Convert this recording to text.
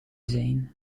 zijn